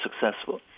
successful